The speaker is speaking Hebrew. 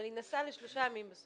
אבל היא נסעה לשלושה ימים בסוף.